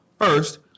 First